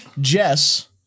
Jess